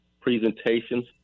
presentations